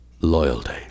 loyalty